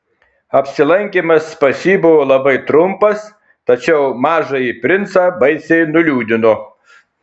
apsilankymas pas jį buvo labai trumpas tačiau mažąjį princą baisiai nuliūdino